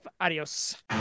Adios